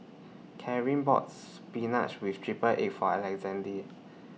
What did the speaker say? Carin bought Spinach with Triple Egg For Alexande